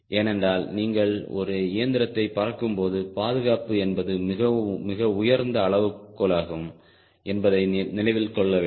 ஏனென்றால் நீங்கள் ஒரு இயந்திரத்தை பறக்கும்போது பாதுகாப்பு என்பது மிக உயர்ந்த அளவுகோலாகும் என்பதை நினைவில் கொள்ள வேண்டும்